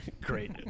Great